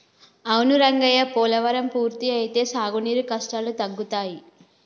అవును రంగయ్య పోలవరం పూర్తి అయితే సాగునీరు కష్టాలు తగ్గుతాయి